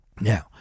Now